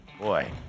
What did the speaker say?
boy